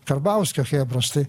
karbauskio chebros tai